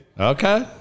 Okay